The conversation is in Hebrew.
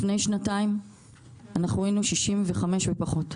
לפני שנתיים אנחנו היינו 65 ופחות,